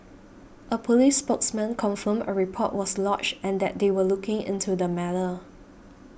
a police spokesman confirmed a report was lodged and that they were looking into the matter